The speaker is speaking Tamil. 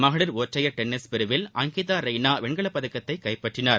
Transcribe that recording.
மகளிர் ஒற்றையர் டென்னிஸ் பிரிவில் அங்கிதா ரெய்ளா வெண்கலப் பதக்கத்தை கைப்பற்றினார்